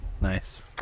nice